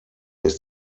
ist